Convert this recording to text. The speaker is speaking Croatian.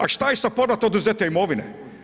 A šta je sa povratom oduzete imovine?